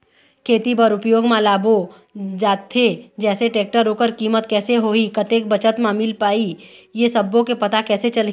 खेती बर उपयोग मा लाबो जाथे जैसे टेक्टर ओकर कीमत कैसे होही कतेक बचत मा मिल पाही ये सब्बो के पता कैसे चलही?